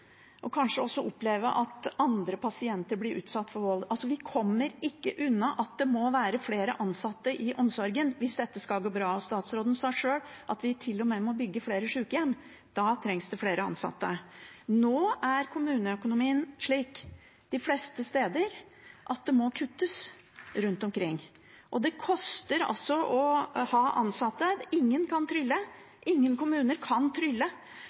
og kanskje også oppleve at andre pasienter blir utsatt for vold. Vi kommer ikke unna at det må være flere ansatte i omsorgen hvis dette skal gå bra. Statsråden sa sjøl at vi til og med må bygge flere sykehjem. Da trengs det flere ansatte. Nå er kommuneøkonomien slik de fleste steder at det må kuttes rundt omkring. Det koster å ha ansatte. Ingen kommuner kan trylle,